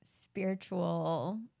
spiritual